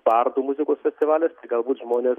bardų muzikos festivalis galbūt žmonės